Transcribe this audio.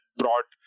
broad